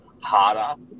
harder